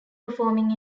performing